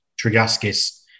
Trigaskis